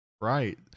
Right